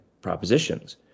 propositions